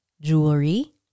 jewelry